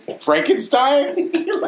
Frankenstein